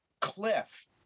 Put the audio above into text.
cliff